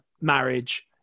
marriage